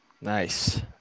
Nice